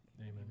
Amen